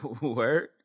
Word